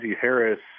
Harris